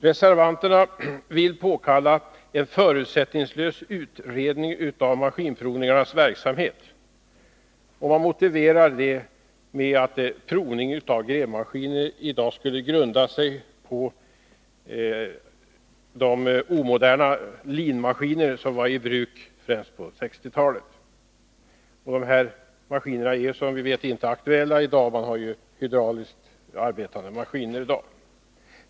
Reservanterna påkallar en förutsättningslös utredning av maskinprovningarnas verksamhet, och man motiverar detta med att provningar av grävmaskiner i dag skulle grunda sig på de omoderna linmaskiner som var i bruk främst på 1960-talet — de maskinerna är som vi vet inte aktuella i dag, utan man har nu hydrauliskt arbetande maskiner.